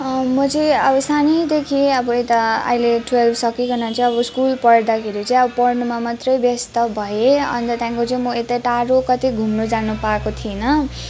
म चाहिँ अब सानैदेखि अब यता अहिले टुवेल्भ सकिकन चाहिँ अब स्कुल पढ्दाखेरि चाहिँ अब पढ्नुमा मात्रै व्यस्त भएँ अन्त त्यहाँदेखिको चाहिँ म यतै टाढो कतै घुम्नु जानु पाएको थिइनँ